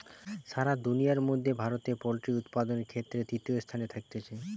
সারা দুনিয়ার মধ্যে ভারতে পোল্ট্রি উপাদানের ক্ষেত্রে তৃতীয় স্থানে থাকতিছে